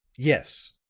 yes.